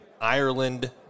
Ireland